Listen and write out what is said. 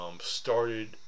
Started